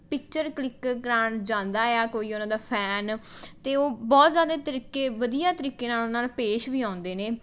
picture click ਕਰਵਾਉਣ ਜਾਂਦਾ ਆ ਕੋਈ ਉਹਨਾਂ ਦਾ ਫੈਨ ਅਤੇ ਉਹ ਬਹੁਤ ਜ਼ਿਆਦਾ ਤਰੀਕੇ ਵਧੀਆ ਤਰੀਕੇ ਨਾਲ ਨਾਲ ਪੇਸ਼ ਵੀ ਆਉਂਦੇ ਨੇ